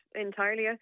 entirely